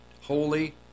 holy